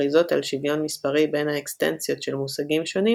המכריזות על שוויון מספרי בין האקסטנציות של מושגים שונים